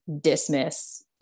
dismiss